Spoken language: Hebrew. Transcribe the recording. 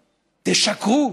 תשקרו,